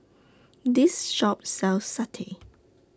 This Shop sells Satay